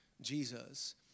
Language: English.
Jesus